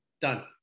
Done